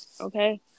okay